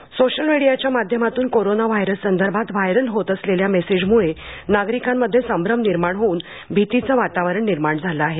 corona social मीडियाच्या माध्यमातून corona virus संदर्भात व्हायरल होत असलेल्या मेसेजमुळे नागरिकांमध्ये संभ्रम निर्माण होऊन भीतीचं वातावरण निर्माण झालं आहे